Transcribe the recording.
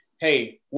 hey